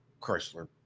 Chrysler